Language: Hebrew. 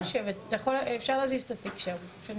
לעסוק בבטיחות ובריאות לוחמי האש.